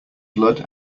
blood